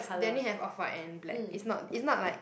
they only have off white and black it's not it's not like